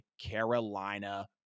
Carolina